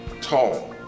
tall